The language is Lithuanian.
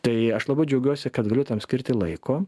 tai aš labai džiaugiuosi kad galiu tam skirti laiko